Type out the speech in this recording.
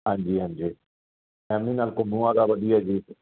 ਹਾਂਜੀ ਹਾਂਜੀ ਨਾਲ ਘੁੰਮੋ ਆਪਦਾ ਵਧੀਆ ਜੀ